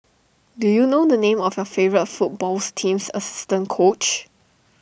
do you know the name of your favourite footballs team's assistant coach